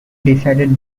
decided